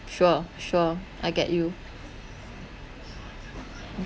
sure sure I get you